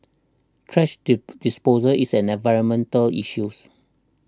thrash D disposal is an environmental issues